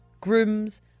Grooms